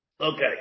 Okay